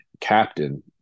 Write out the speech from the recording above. Captain